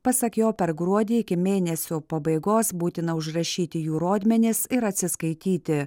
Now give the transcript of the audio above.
pasak jo per gruodį iki mėnesio pabaigos būtina užrašyti jų rodmenis ir atsiskaityti